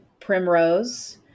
Primrose